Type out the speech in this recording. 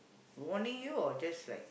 warning you or just like